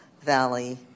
Valley